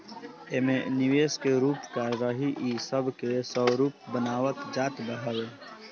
एमे निवेश के रूप का रही इ सब के स्वरूप बनावल जात हवे